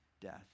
death